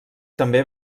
també